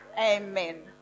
Amen